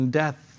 death